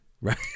right